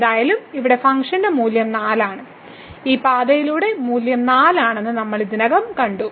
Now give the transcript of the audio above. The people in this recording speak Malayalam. ഏതായാലും ഇവിടെ ഫംഗ്ഷന്റെ മൂല്യം 4 ആണ് ഈ പാതയിലൂടെ മൂല്യം 4 ആണെന്ന് നമ്മൾ ഇതിനകം കണ്ടു